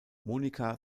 monika